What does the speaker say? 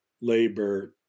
labor